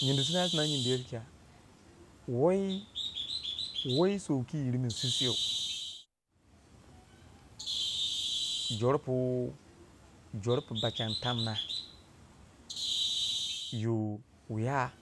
nyindi sine tina nyindi ye ti cha woyi woyi sou ki yi yir min sisiyo jor pu jor pu bachang tamna yo wiya